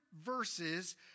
verses